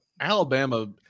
Alabama –